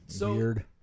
weird